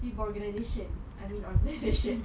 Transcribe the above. tapi for organisation I mean organisation